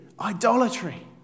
idolatry